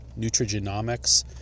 nutrigenomics